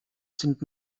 sind